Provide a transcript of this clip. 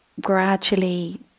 gradually